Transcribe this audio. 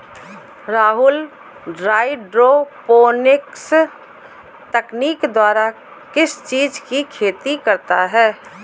Rahul hydroponics तकनीक द्वारा किस चीज की खेती करता है?